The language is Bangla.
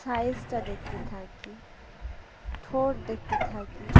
সাইজটা দেখতে থাকি ঠোঁট দেখতে থাকি